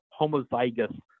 homozygous